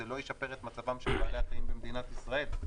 זה לא ישפר את מצבם של בעלי החיים במדינת ישראל.